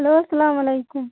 hello سلام علیکُم